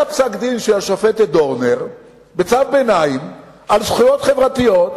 היה פסק-דין של השופטת דורנר בצו ביניים על זכויות חברתיות,